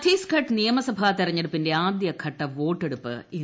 ഛത്തീസ്ഗഡ് നിയമസഭാ തിരഞ്ഞെടുപ്പിള്ളു് ആദ്യഘട്ട വോട്ടെടുപ്പ് ഇന്ന്